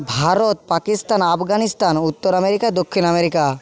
ভারত পাকিস্তান আফগানিস্তান উত্তর আমেরিকা দক্ষিণ আমেরিকা